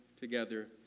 together